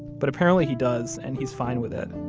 but apparently he does, and he's fine with it.